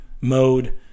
mode